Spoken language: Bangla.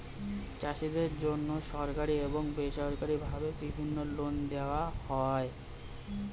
চাষীদের জন্যে সরকারি এবং বেসরকারি ভাবে বিভিন্ন লোন দেওয়া হয়